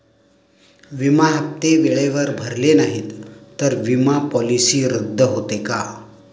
विमा हप्ते वेळेवर भरले नाहीत, तर विमा पॉलिसी रद्द होते का?